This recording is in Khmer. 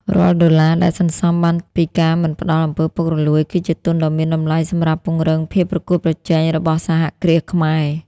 រាល់ដុល្លារដែលសន្សំបានពីការមិនផ្ដល់ អំពើពុករលួយ គឺជាទុនដ៏មានតម្លៃសម្រាប់ពង្រឹងភាពប្រកួតប្រជែងរបស់សហគ្រាសខ្មែរ។